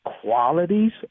qualities